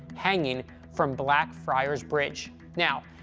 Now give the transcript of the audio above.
hanging from blackfriars bridge. now,